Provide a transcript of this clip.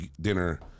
dinner